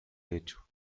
hecho